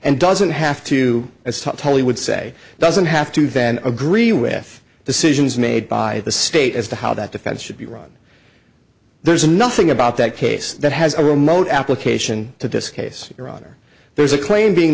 and doesn't have to as tali would say doesn't have to then agree with decisions made by the state as to how that defense should be run there's nothing about that case that has a remote application to this case your honor there's a claim being